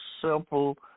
simple